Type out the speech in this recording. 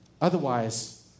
Otherwise